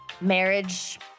marriage